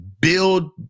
build